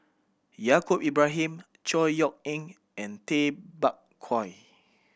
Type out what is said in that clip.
Yaacob Ibrahim Chor Yeok Eng and Tay Bak Koi